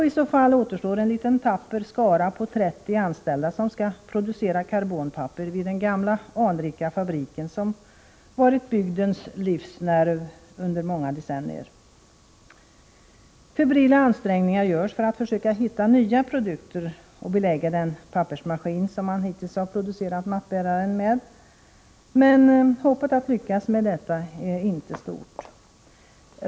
I så fall återstår en liten tapper skara på 30 anställda, som skall producera karbonpapper vid den gamla anrika fabriken, vilken varit bygdens livsnerv under många decennier. Febrila ansträngningar görs för att försöka hitta nya produkter för att belägga den pappersmaskin som man hittills producerat mattbäraren med, men hoppet att lyckas med detta är inte stort.